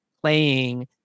playing